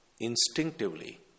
instinctively